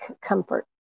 comfort